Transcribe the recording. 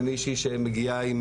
למישהי שמגיעה עם